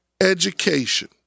education